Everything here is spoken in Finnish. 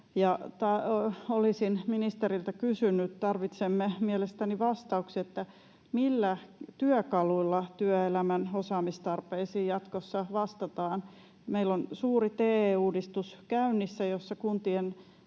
Olisin ministeriltä kysynyt — tarvitsemme mielestäni vastauksia — millä työkaluilla työelämän osaamistarpeisiin jatkossa vastataan. Meillä on käynnissä suuri TE-uudistus, jossa kuntien